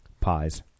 Pies